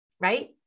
right